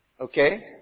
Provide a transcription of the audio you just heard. Okay